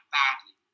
badly